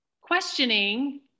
questioning